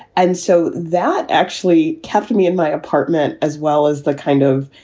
and so that actually kept me in my apartment as well as the kind of.